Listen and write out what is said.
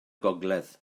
gogledd